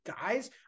guys –